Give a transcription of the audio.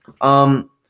Um-